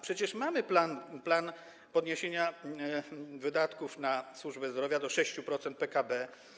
Przecież mamy plan podniesienia wydatków na służbę zdrowia do 6% PKB.